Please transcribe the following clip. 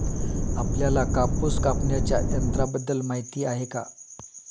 आपल्याला कापूस कापण्याच्या यंत्राबद्दल माहीती आहे का?